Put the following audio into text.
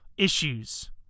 Issues